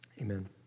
Amen